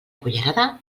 cullerada